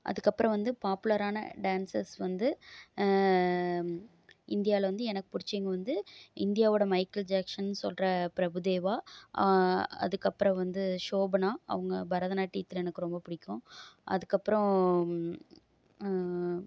அதுக்கப்புறம் வந்து பாப்புலரான டான்ஸர்ஸ் வந்து இந்தியாவில் வந்து எனக்கு பிடிச்சவிங்க வந்து இந்தியாவோடய மைக்கில் ஜாக்சன்னு சொல்கிற பிரபுதேவா அதுக்கப்புறம் வந்து ஷோபனா அவங்க பரதநாட்டியத்தில் எனக்கு ரொம்ப பிடிக்கும் அதுக்கப்புறம்